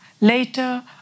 Later